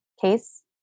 case